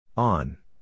On